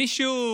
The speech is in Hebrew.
מישהו